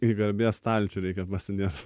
į garbės stalčių reikia pasidėt